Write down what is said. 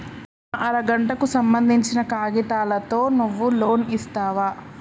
నా అర గంటకు సంబందించిన కాగితాలతో నువ్వు లోన్ ఇస్తవా?